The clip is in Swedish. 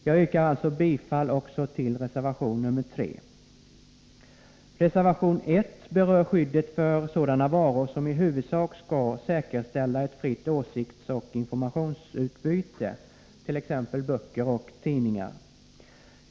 Jag yrkar alltså bifall också till reservation 3. Reservation 1 berör skyddet för sådana varor som i huvudsak skall säkerställa ett fritt åsiktsoch informationsutbyte, t.ex. böcker och tidningar.